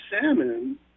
salmon